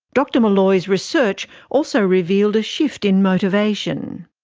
dr meloy's research also revealed a shift in motivation.